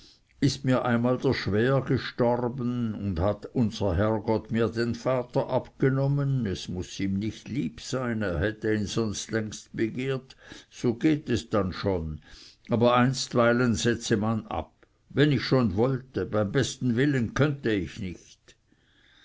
ist mir einmal der schwäher gestorben und hat unser herrgott mir den vater abgenommen er muß ihm nicht lieb sein er hätte ihn sonst längst begehrt so gehts dann schon aber einstweilen setze man ab wenn ich schon wollte beim besten willen könnte ich nicht